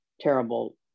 terrible